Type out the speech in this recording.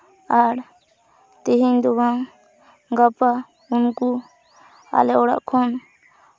ᱟᱨ ᱛᱮᱦᱮᱧ ᱫᱚ ᱵᱟᱝ ᱜᱟᱯᱟ ᱩᱱᱠᱩ ᱟᱞᱮ ᱚᱲᱟᱜ ᱠᱷᱚᱱ